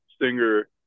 singer